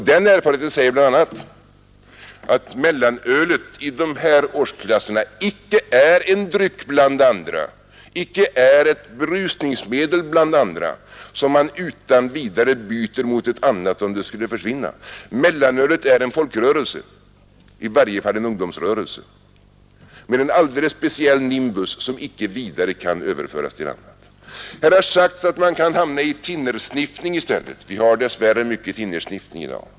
Den erfarenheten säger bl.a. att mellanölet i de här årsklasserna icke är en dryck bland andra, icke är ett berusningsmedel bland andra, som man utan vidare byter mot ett annat om det skulle försvinna. Mellanölet är en folkrörelse, i varje fall en ungdomsrörelse, med en alldeles speciell nimbus som icke utan vidare kan överföras till annat. Här har sagts att man kan hamna i thinnersniffning i stället. Vi har dess värre mycket thinnersniffning i dag.